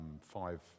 five